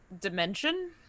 dimension